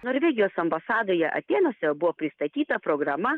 norvegijos ambasadoje atėnuose buvo pristatyta programa